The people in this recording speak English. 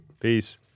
Peace